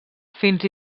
fins